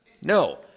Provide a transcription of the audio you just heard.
No